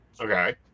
Okay